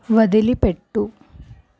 వదిలిపెట్టు